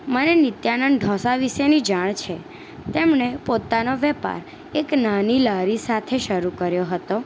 મને નિત્યાનંદ ઢોસા વિશેની જાણ છે તેમણે પોતાનો વેપાર એક નાની લારી સાથે શરૂ કર્યો હતો